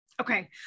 Okay